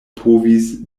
povis